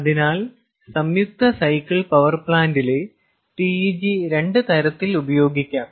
അതിനാൽ സംയുക്ത cycle power പ്ലാന്റിലെ TEG രണ്ട് തരത്തിൽ ഉപയോഗിക്കാം